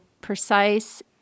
precise